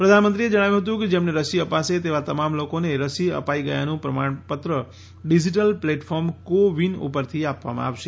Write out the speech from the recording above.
પ્રધાનમંત્રીએ જણાવ્યું હતું કે જેમને રસી અપાશે તેવા તમામ લોકોને રસી અપાઈ ગયાનું પ્રમાણપત્ર ડિજિટલ પ્લેટફોર્મ કો વિન ઉપરથી આપવામાં આવશે